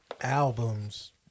albums